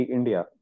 India